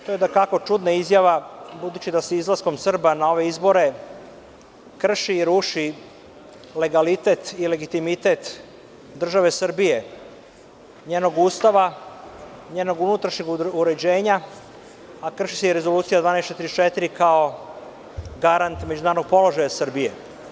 To je dakako čudna izjava, budući da je izlaskom Srba na ove izbore krši i ruši legalitet i legitimitet države Srbije, njenog Ustava, njenog unutrašnjeg uređenja, a krši se i Rezolucija 1244, kao garant međunarodnog položaja Srbije.